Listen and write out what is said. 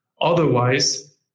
Otherwise